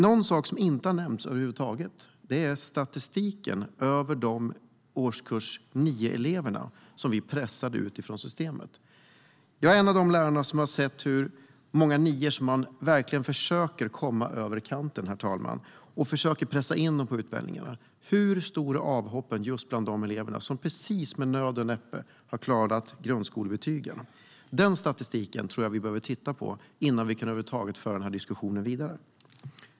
En sak som inte har nämnts över huvud taget är statistiken över de årskurs 9-elever som pressades ut ur systemet. Jag är en av de lärare som har sett hur många nior som man verkligen försöker få över kanten och pressa in på utbildningarna. Hur stora är avhoppen bland de elever som precis med nöd och näppe har klarat grundskolebetygen? Den statistiken behöver vi titta på innan vi över huvud taget kan föra diskussionen vidare.